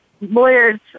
lawyers